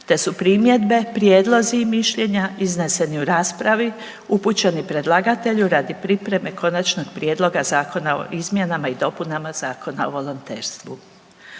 te su primjedbe, prijedlozi i mišljenja izneseni u raspravi upućeni predlagatelju radi pripreme Konačnog prijedloga zakona o izmjenama i dopunama Zakona o volonterstvu.